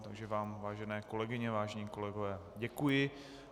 Takže vám, vážené kolegyně, vážení kolegové, děkuji.